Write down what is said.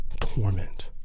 torment